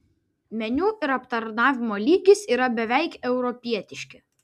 meniu ir aptarnavimo lygis yra beveik europietiški